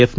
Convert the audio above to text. F